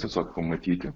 tiesiog pamatyti